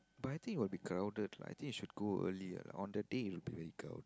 but I think will be crowded lah I think you should go early ah on the day it will be very crow~